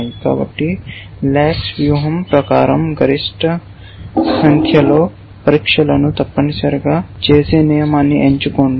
కాబట్టి లాక్స్ వ్యూహం ప్రకారం గరిష్ట సంఖ్యలో పరీక్షలను తప్పనిసరిగా చేసే నియమాన్ని ఎంచుకోండి